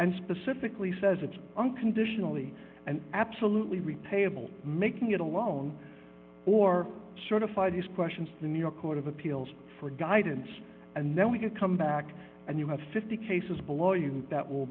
and specifically says it's unconditionally and absolutely repayable making it alone or certified his questions the new york court of appeals for guidance and then we could come back and you have fifty cases below you that will